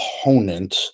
opponent